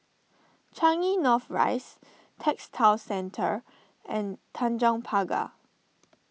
Changi North Rise Textile Centre and Tanjong Pagar